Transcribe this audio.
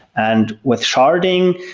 and with sharding,